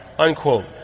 Unquote